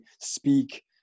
speak